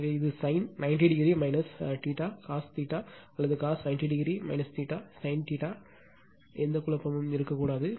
எனவே இது sin 90o theta cos theta அல்லது cos 90o theta sin theta எந்த குழப்பமும் இருக்கக்கூடாது